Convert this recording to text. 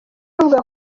avuga